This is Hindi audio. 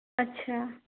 अच्छा